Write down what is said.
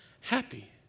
happy